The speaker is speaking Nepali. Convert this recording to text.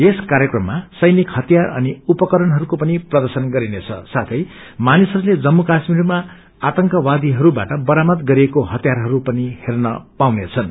यस कार्यक्रममा सैनिक हतियार अनि उपकरणहरूको पनि प्रर्दशन गरिनेछ साथैमानिसहरूले जम्मू काश्मीरमा आतंकवादीहरूबाट बरामद गरिएको हतियारहरू पनि हेँन पाउनेछन्